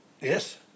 Yes